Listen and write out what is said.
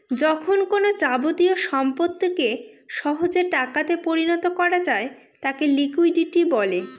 যখন কোনো যাবতীয় সম্পত্তিকে সহজে টাকাতে পরিণত করা যায় তাকে লিকুইডিটি বলে